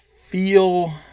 feel